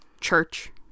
church